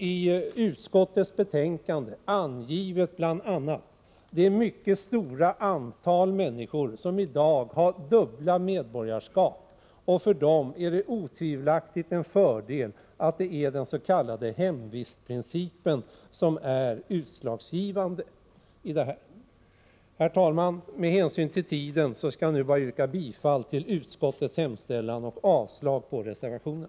I utskottets betänkande anges bl.a. att ett mycket stort antal människor i dag har dubbla medborgarskap, och för dem är det otvivelaktigt en fördel att det är den s.k. hemvistprincipen som är utslagsgivande. Herr talman! Med hänsyn till tiden skall jag bara yrka bifall till utskottets hemställan och avslag på reservationen.